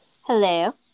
Hello